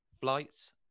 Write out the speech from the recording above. flights